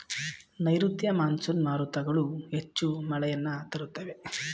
ನೈರುತ್ಯ ಮಾನ್ಸೂನ್ ಮಾರುತಗಳು ಹೆಚ್ಚು ಮಳೆಯನ್ನು ತರುತ್ತವೆ